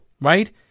right